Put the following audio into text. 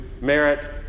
merit